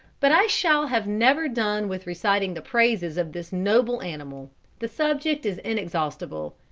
but i shall have never done with reciting the praises of this noble animal the subject is inexhaustible.